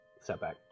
setback